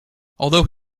although